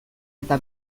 eta